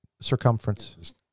Circumference